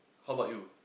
how about you